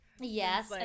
Yes